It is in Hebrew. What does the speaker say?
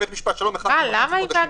אנחנו מדברים